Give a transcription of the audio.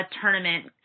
tournament